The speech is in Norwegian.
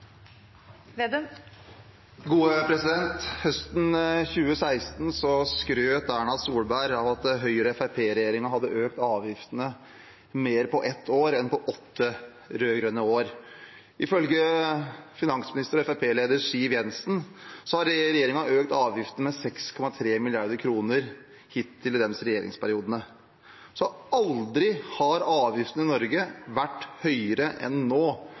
at Høyre–Fremskrittsparti-regjeringen hadde økt avgiftene mer på ett år enn de ble økt på åtte rød-grønne år. Ifølge finansminister og Fremskrittsparti-leder Siv Jensen har regjeringen økt avgiftene med 6,3 mrd. kr hittil i deres regjeringsperiode. Aldri har avgiftene i Norge vært høyere enn nå,